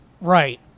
Right